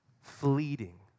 fleeting